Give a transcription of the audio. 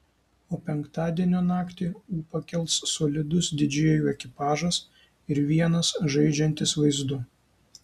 o penktadienio naktį ūpą kels solidus didžėjų ekipažas ir vienas žaidžiantis vaizdu